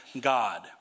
God